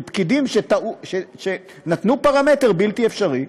של פקידים שנתנו פרמטר בלתי אפשרי,